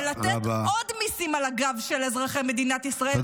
ולתת עוד מיסים על הגב של אזרחי מדינת ישראל,